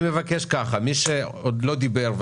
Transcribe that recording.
מי שעוד לא דיבר,